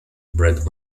bret